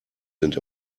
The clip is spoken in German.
sind